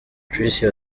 tricia